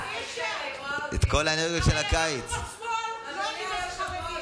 הרי אנחנו בשמאל לא יודעים מה זה חרדים.